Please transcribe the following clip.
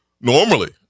normally